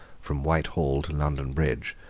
from whitehall to london bridge,